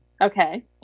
Okay